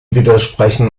widersprechen